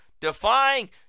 defying